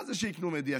מה זה שיקנו מדיח?